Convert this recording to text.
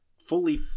fully